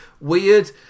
weird